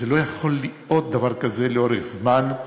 לא יכול להיות דבר כזה לאורך זמן,